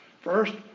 First